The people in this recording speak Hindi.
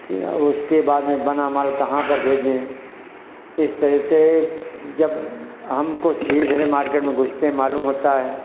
फ़िर और उसके बाद में बना माल कहाँ पर भेजें इस तरह से जब हम कुछ धीरे धीरे मार्केट में घुसते हैं मालूम होता है